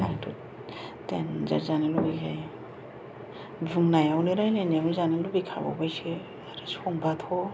आंथ' देनजार जानो लुबैखायो बुंनायावनो रायज्लायनायावनो जानो लुबैखाबावबायसो संबाथ'